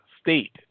state